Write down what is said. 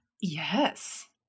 Yes